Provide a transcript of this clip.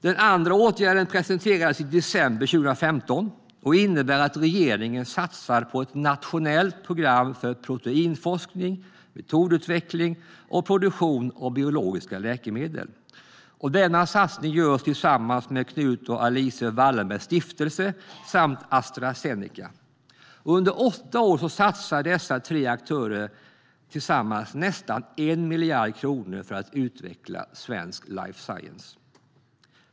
För det andra presenterade regeringen i december en satsning på ett nationellt program för proteinforskning, metodutveckling och produktion av biologiska läkemedel. Denna satsning görs tillsammans med Knut och Alice Wallenbergs stiftelse och Astra Zeneca. Under åtta år satsar dessa tre aktörer tillsammans nästan 1 miljard kronor för att utveckla svensk life science.